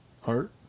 heart